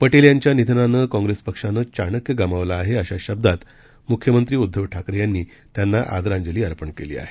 पटेल यांच्या निधनानं कॉंग्रेस पक्षानं चाणक्य गमावला आहे अशा शब्दात मुख्यमंत्री उद्धव ठाकरे यांनी त्यांना आदरांजली अर्पण केली आहे